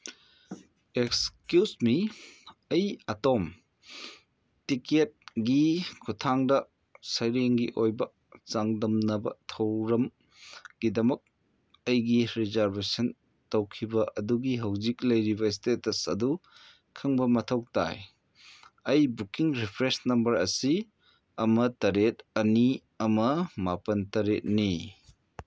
excuse me ꯑꯩ ꯑꯇꯣꯝ ꯇꯤꯀꯦꯠꯒꯤ ꯈꯨꯠꯊꯥꯡꯗ ꯁꯩꯔꯦꯡꯒꯤ ꯑꯣꯏꯕ ꯆꯥꯡꯗꯝꯅꯕ ꯊꯧꯔꯝꯒꯤꯗꯃꯛ ꯑꯩꯒꯤ ꯔꯤꯖꯥꯔꯕꯦꯁꯟ ꯇꯧꯈꯤꯕ ꯑꯗꯨꯒꯤ ꯍꯧꯖꯤꯛ ꯂꯩꯔꯤꯕ ꯏꯁꯇꯦꯇꯁ ꯑꯗꯨ ꯈꯪꯕ ꯃꯊꯧ ꯇꯥꯏ ꯑꯩ ꯕꯨꯛꯀꯤꯡ ꯔꯤꯐ꯭ꯔꯦꯟꯁ ꯅꯝꯕꯔ ꯑꯁꯤ ꯑꯃ ꯇꯔꯦꯠ ꯑꯅꯤ ꯑꯃ ꯃꯥꯄꯟ ꯇꯔꯦꯠꯅꯤ